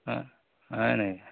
হয় হয় নেকি